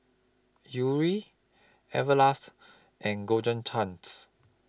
Yuri Everlast and Golden Chance